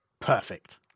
Perfect